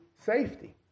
safety